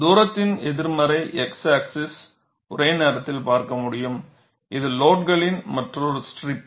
தூரத்தின் எதிர்மறை x axis ஒரே நேரத்தில் பார்க்க முடியும் இது லோடுகளின் மற்றொரு ஸ்ட்ரிப்